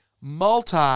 multi